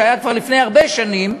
שהיה כבר לפני הרבה שנים,